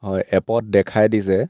হয় এপত দেখাই দিছে